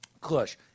Kush